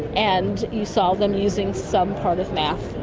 and you solve them using some part of math,